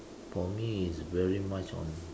for me is really much on